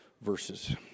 verses